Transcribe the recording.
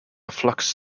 flux